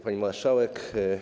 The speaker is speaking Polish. Pani Marszałek!